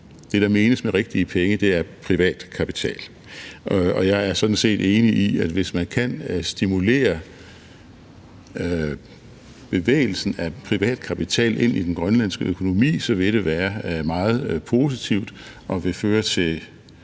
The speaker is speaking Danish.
det, der menes med rigtige penge, er privat kapital. Og jeg er sådan set enig i, at hvis man kan stimulere bevægelsen af privat kapital ind i den grønlandske økonomi, vil det være meget positivt og vil føre til